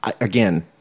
again